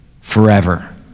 forever